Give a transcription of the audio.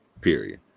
period